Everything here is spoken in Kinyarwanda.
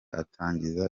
atangiza